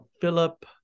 Philip